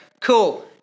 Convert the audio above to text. cool